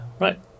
Right